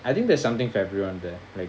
I think there's something for everyone there